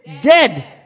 dead